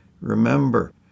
remember